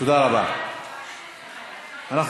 תודה רבה,